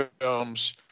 films